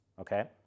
okay